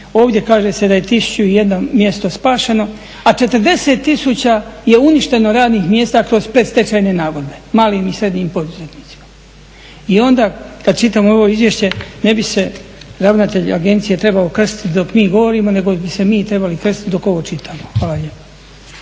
ovdje kaže se da je tisuću i jedno mjesto spašeno a 40 tisuća je uništeno radnih mjesta kroz predstečajne nagodbe, malim i srednjim poduzetnicima. I onda kada čitamo ovo izvješće ne bi se ravnatelj agencije trebao krstiti dok mi govorimo nego bi se mi trebali krstiti dok ovo čitamo. Hvala lijepa.